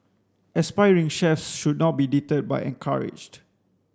aspiring chefs should not be deterred but encouraged